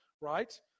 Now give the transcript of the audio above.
right